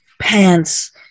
pants